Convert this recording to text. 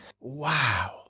Wow